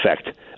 effect –